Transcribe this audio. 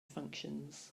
functions